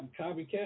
copycat